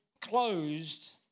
closed